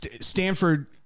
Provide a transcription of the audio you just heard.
Stanford